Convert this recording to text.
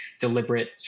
deliberate